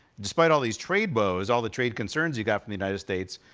despite all these trade woes, all the trade concerns you got from the united states,